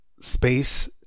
Space